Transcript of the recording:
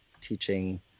teaching